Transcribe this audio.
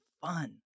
fun